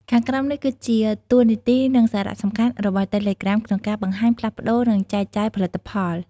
ខាងក្រោមនេះគឺជាតួនាទី និងសារៈសំខាន់របស់តេឡេក្រាមក្នុងការបង្ហាញ ផ្លាស់ប្ដូរ និងចែកចាយផលិតផល។